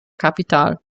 kapital